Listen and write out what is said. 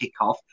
kickoff